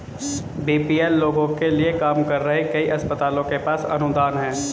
BPL लोगों के लिए काम कर रहे कई अस्पतालों के पास अनुदान हैं